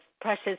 precious